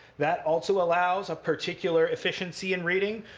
that also allows a particular efficiency in reading.